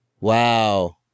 Wow